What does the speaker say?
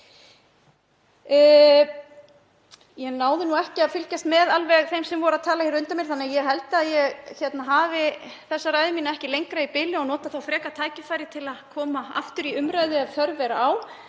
Ég náði ekki að fylgjast alveg með þeim sem töluðu á undan mér þannig að ég held að ég hafi þessa ræðu mína ekki lengri í bili og noti þá frekar tækifærið til að koma aftur í umræðu ef þörf er á.